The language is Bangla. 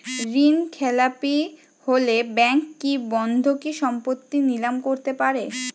ঋণখেলাপি হলে ব্যাঙ্ক কি বন্ধকি সম্পত্তি নিলাম করতে পারে?